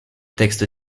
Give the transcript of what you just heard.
textes